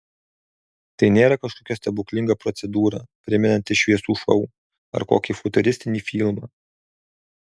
tai nėra kažkokia stebuklinga procedūra primenanti šviesų šou ar kokį futuristinį filmą